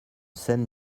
scène